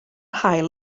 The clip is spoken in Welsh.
haul